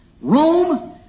Rome